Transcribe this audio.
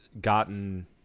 gotten